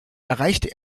erreichte